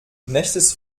nächstes